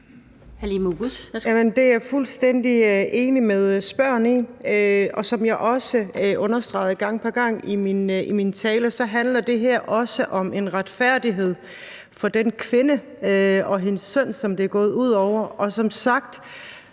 Det er jeg fuldstændig enig med spørgeren i, og som jeg også understregede gang på gang i min tale, handler det her også om retfærdighed for den kvinde og hendes søn, som det er gået ud over.